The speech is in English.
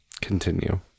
continue